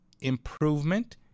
improvement